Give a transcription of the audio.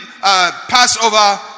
Passover